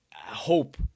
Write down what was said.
hope